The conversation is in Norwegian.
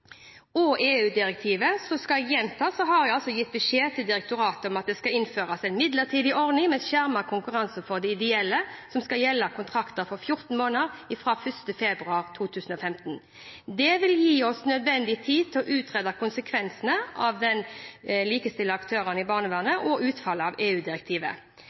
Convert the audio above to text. fra, og EU-direktivet, skal jeg gjenta at jeg har gitt beskjed til direktoratet om at det skal innføres en midlertidig ordning med skjermet konkurranse for de ideelle, som skal gjelde kontrakter på 14 måneder fra 1. februar 2015. Det vil gi oss nødvendig tid til å utrede konsekvensene av å likestille aktørene i barnevernet og utfallet av